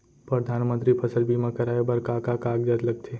परधानमंतरी फसल बीमा कराये बर का का कागजात लगथे?